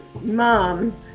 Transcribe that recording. mom